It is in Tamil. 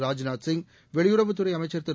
ராஜ்நாத் சிங் வெளியுறவுத்துறை அமைச்சர் திரு